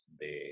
de